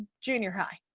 junior high.